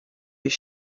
his